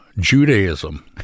Judaism